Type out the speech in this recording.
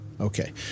Okay